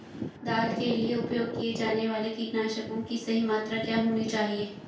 दाल के लिए उपयोग किए जाने वाले कीटनाशकों की सही मात्रा क्या होनी चाहिए?